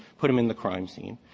put him in the crime scene.